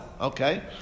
Okay